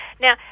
Now